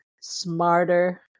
smarter